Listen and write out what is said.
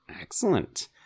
Excellent